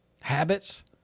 habits